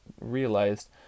realized